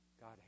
God